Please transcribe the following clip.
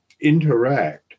interact